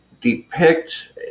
depict